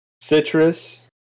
Citrus